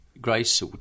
Grace